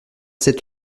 sept